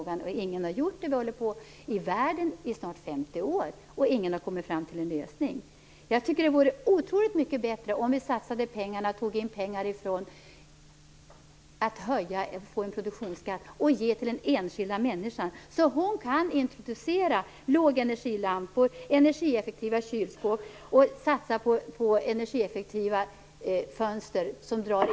Man har runt om i världen försökt lösa den frågan under snart 50 år, men ingen har kommit fram till en lösning. Det vore otroligt mycket bättre om vi införde en produktionsskatt och gav pengarna till den enskilda människan så att hon kan introducera lågenergilampor, energieffektiva kylskåp och satsa på energieffektiva fönster.